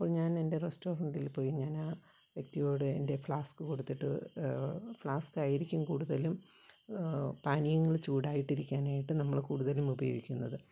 അപ്പോൾ ഞാനെൻ്റെ റെസ്റ്റോറൻറ്റിൽ പോയി ഞാനാ വ്യക്തിയോട് എൻ്റെ ഫ്ലാസ്ക്ക് കൊടുത്തിട്ട് ഫ്ലാസ്ക്കായിരിക്കും കൂടുതലും പാനീയങ്ങൾ ചൂടായിട്ടിരിക്കാനായിട്ട് നമ്മള് കൂടുതലും ഉപയോഗിക്കുന്നത്